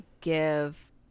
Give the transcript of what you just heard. give